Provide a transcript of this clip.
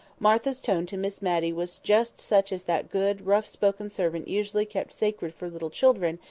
martha's tone to miss matty was just such as that good, rough-spoken servant usually kept sacred for little children,